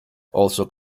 also